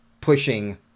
pushing